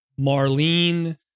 Marlene